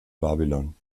babylon